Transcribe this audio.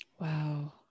Wow